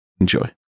Enjoy